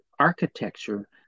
architecture